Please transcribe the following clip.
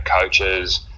coaches